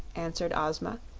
answered ozma.